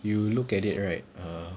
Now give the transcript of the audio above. you look at it right err